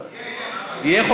יהיה, יהיה.